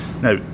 Now